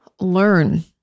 learn